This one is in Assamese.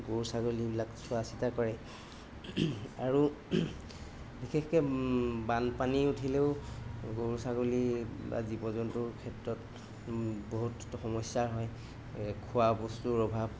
গৰু ছাগলীবিলাক চোৱা চিতা কৰে আৰু বিশেষকৈ বানপানী উঠিলেও গৰু ছাগলী বা জীৱ জন্তুৰ ক্ষেত্ৰত বহুত সমস্যাৰ হয় খোৱা বস্তুৰ অভাৱ